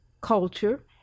culture